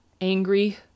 angry